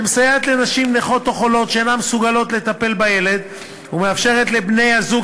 שמסייעת לנשים נכות או חולות שאינן מסוגלות לטפל בילד ומאפשרת לבני-הזוג